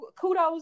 kudos